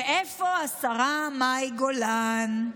ואיפה השרה מאי גולן?